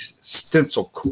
stencil